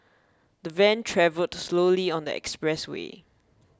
the van travelled slowly on the expressway